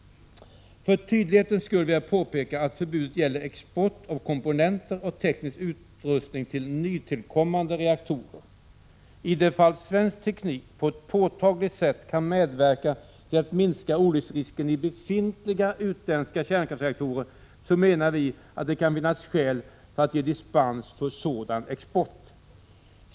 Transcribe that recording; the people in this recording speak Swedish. För tydlighetens skull vill jag påpeka att förbudet gäller export av komponenter och teknisk utrustning till nytillkommande reaktorer. I det fall svensk teknik på ett påtagligt sätt kan medverka till att minska olycksrisken i befintliga utländska kärnkraftsreaktorer så menar vi att det kan finnas skäl för att ge dispens för sådan export.